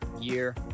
year